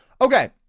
Okay